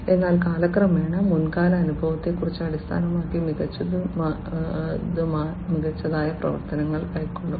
അതിനാൽ കാലക്രമേണ മുൻകാല അനുഭവത്തെ അടിസ്ഥാനമാക്കി മികച്ചതും മികച്ചതുമായ പ്രവർത്തനങ്ങൾ കൈക്കൊള്ളും